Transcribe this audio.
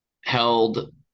held